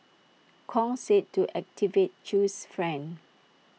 Kong said to activate chew's friend